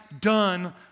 done